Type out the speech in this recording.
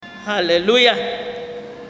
hallelujah